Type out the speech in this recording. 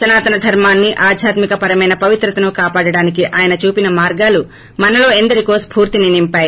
సనాతన ధర్మాన్ని ఆధ్యాత్మిక పరమైన పవిత్రతను కాపాడడానికి ఆయన చూపిన మార్గాలు మనలో ఎందరికో స్పూర్తిని నింపాయి